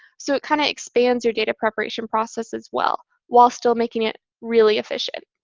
so it kind of expands your data preparation process, as well, while still making it really efficient.